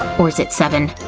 or is it seven?